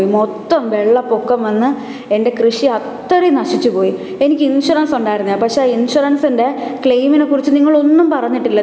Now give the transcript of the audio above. മൊത്തം വെള്ളപ്പൊക്കം വന്ന് എന്റെ കൃഷി അത്രയും നശിച്ചു പോയി എനിക്ക് ഇൻഷുറൻസ് ഉണ്ടായിരുന്നു പക്ഷെ ആ ഇൻഷുറൻസിന്റെ ക്ലെയിമിനെക്കുറിച്ച് നിങ്ങളൊന്നും പറഞ്ഞിട്ടില്ല